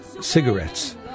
cigarettes